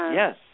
yes